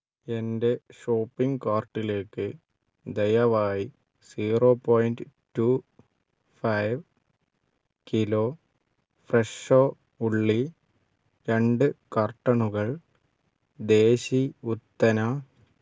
എൻ്റെ ഷോപ്പിംഗ് കാർട്ടിലേക്ക് ദയവായി zero point two five kilo ഫ്രഷോ ഉള്ളി രണ്ട് കർട്ടണുകൾ ദേശി ഉത്തന